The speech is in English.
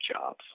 jobs